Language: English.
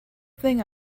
thing